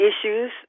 issues